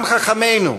גם חכמינו,